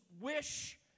wish